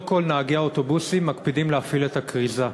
לא כל נהגי האוטובוסים מקפידים להפעיל את הכריזה,